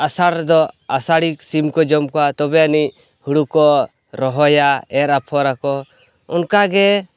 ᱟᱥᱟᱲ ᱨᱮᱫᱚ ᱟᱥᱟᱲᱤ ᱥᱚᱢᱠᱚ ᱡᱚᱢ ᱠᱚᱣᱟ ᱛᱚᱵᱮ ᱟᱹᱱᱤᱡ ᱦᱳᱲᱳᱠᱚ ᱨᱚᱦᱚᱭᱟ ᱮᱨ ᱟᱯᱷᱚᱨ ᱟᱠᱚ ᱚᱱᱠᱟᱜᱮ